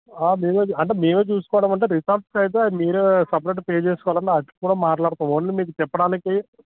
మేమే అంటే మేమే చూసుకోవడం అంటే రిసార్ట్స్ అయితే మీరే సపరేట్ పే చేసుకోవాలి అండి వాటికి కూడా మాట్లాడుతాం ఓన్లీ మీకు తిప్పడానికి